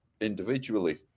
individually